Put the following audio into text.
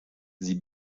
sie